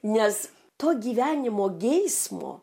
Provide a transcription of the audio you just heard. nes to gyvenimo geismo